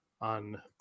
on